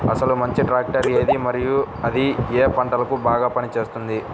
అసలు మంచి ట్రాక్టర్ ఏది మరియు అది ఏ ఏ పంటలకు బాగా పని చేస్తుంది?